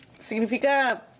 Significa